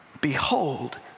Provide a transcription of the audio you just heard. behold